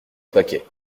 paquet